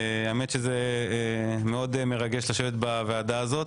האמת שזה מאוד מרגש לשבת בוועדה הזאת.